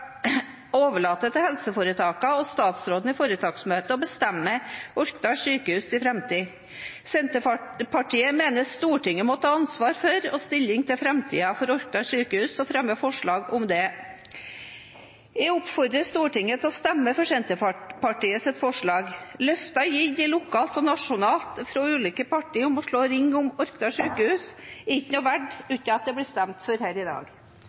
overlate til helseforetakene og statsråden i foretaksmøtet å bestemme Orkdal Sjukehus’ framtid. Senterpartiet mener Stortinget må ta ansvar for og stilling til framtiden for Orkdal Sjukehus og fremmer forslag om det. Jeg oppfordrer Stortinget til å stemme for Senterpartiets forslag. Løfter gitt lokalt og nasjonalt fra ulike partier om å slå ring om Orkdal Sjukehus er ikke noe verdt uten at det blir stemt for dette her i dag.